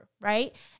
right